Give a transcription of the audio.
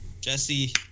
jesse